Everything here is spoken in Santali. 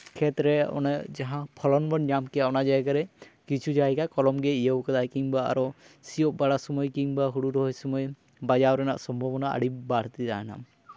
ᱠᱷᱮᱛ ᱨᱮ ᱚᱱᱟ ᱡᱟᱦᱟᱸ ᱯᱷᱚᱞᱚᱞᱚᱱ ᱵᱚᱱ ᱧᱟᱢ ᱠᱮᱭᱟ ᱚᱱᱟ ᱡᱟᱭᱜᱟᱨᱮ ᱠᱤᱪᱷᱩ ᱡᱟᱭᱜᱟ ᱠᱚᱞᱚᱢ ᱜᱮ ᱤᱭᱟᱹᱣ ᱠᱟᱫᱟᱭ ᱠᱤᱢᱵᱟ ᱟᱨᱚ ᱥᱤᱭᱳᱜ ᱵᱟᱲᱟ ᱥᱚᱢᱚᱭ ᱠᱤᱢᱵᱟ ᱦᱩᱲᱩ ᱨᱚᱦᱚᱭ ᱥᱚᱢᱚᱭ ᱵᱟᱡᱟᱣ ᱨᱮᱱᱟᱜ ᱥᱚᱢᱵᱷᱚᱵᱚᱱᱟ ᱟᱹᱰᱤ ᱵᱟᱹᱲᱛᱤ ᱛᱟᱦᱮᱱᱟ